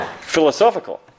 philosophical